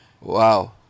Wow